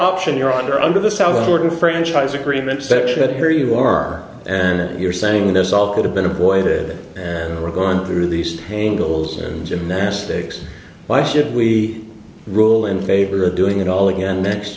option your honor under the south order franchise agreements that you had here you are and you're saying this all could have been avoided and we're going through these tangles gymnastics why should we rule in favor of doing it all again next